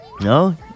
No